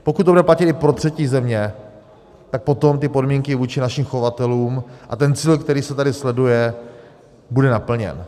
Pokud to bude platit i pro třetí země, tak potom ty podmínky vůči našim chovatelům a ten cíl, který se tady sleduje, bude naplněn.